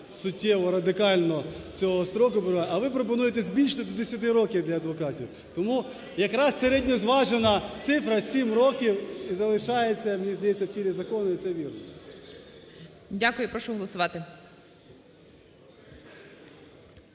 суттєво радикально цього строку, а ви пропонуєте збільшити до 10 років для адвокатів. Тому якраз середньозважена цифра 7 років і залишається, мені здається, в тілі закону, і це вірно. ГОЛОВУЮЧИЙ. Дякую. І прошу голосувати.